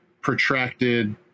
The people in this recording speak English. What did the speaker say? protracted